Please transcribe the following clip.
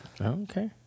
Okay